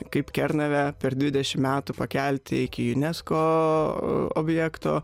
kaip kernavę per dvidešimt metų pakelti iki unesco objekto